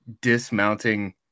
dismounting